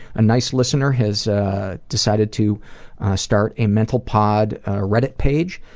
a nice listener has decided to start a mentalpod ah reddit page,